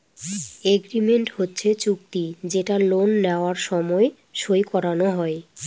agreement হচ্ছে চুক্তি যেটা লোন নেওয়ার সময় সই করানো হয়